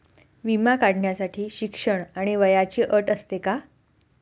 विमा काढण्यासाठी शिक्षण आणि वयाची अट असते का?